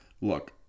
look